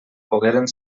pogueren